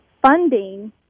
funding